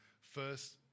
first